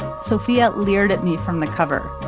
sophia leered at me from the cover.